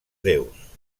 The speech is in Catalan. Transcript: déus